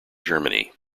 germany